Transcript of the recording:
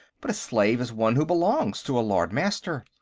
but a slave is one who belongs to a lord-master.